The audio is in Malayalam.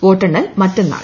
വോട്ടെണ്ണൽ മറ്റന്നാൾ